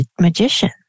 magician